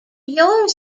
your